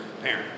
parent